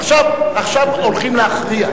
עכשיו הולכים להכריע.